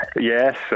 Yes